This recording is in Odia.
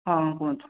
ହଁ କୁହନ୍ତୁ